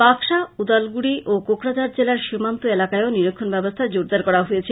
বাকসা উদালগুড়ি ও কোকড়াঝাড় জেলার সীমান্ত এলাকায়ও নীরিক্ষন ব্যবস্থা জোরদার করা হয়েছে